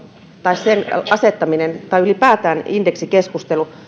sen asettaminen tai ylipäätään indeksikeskustelu